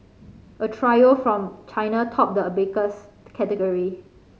a trio from China topped the abacus category